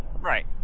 Right